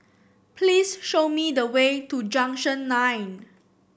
please show me the way to Junction Nine